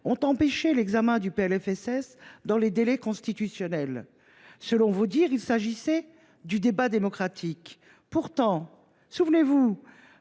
impossible l’examen du PLFSS dans les délais constitutionnels. Selon vos dires, il s’agit des règles du débat démocratique. Pourtant, souvenez vous